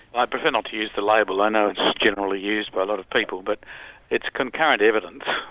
i prefer not to use the label i know it's generally used by a lot of people but it's concurrent evidence,